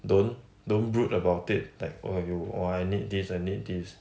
don't don't brood about it like oh you oh I need this I need this